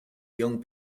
young